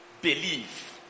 believe